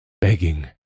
Begging